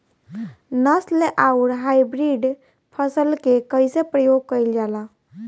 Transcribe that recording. नस्ल आउर हाइब्रिड फसल के कइसे प्रयोग कइल जाला?